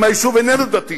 אם היישוב איננו דתי.